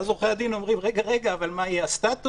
ואז עורכי הדין אומרים: רגע, אבל מה יהיה הסטטוס?